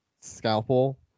scalpel